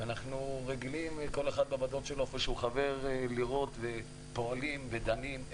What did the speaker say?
ואנחנו רגילים כל אחד בעמדות שלו שבהן פועלים ודנים לראות